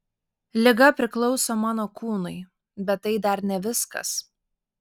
liga priklauso mano kūnui bet tai dar ne viskas